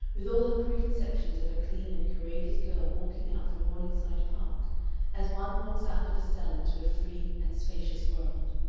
with all her preconceptions of a clean and courageous girl walking out from morningside park as one walks out of a cell into a free and spacious world.